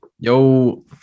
Yo